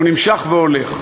הוא נמשך והולך.